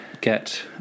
get